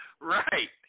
right